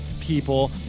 people